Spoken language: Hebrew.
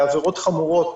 לעבירות חמורות.